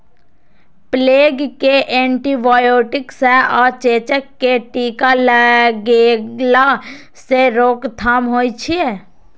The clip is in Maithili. प्लेग कें एंटीबायोटिक सं आ चेचक कें टीका लगेला सं रोकथाम होइ छै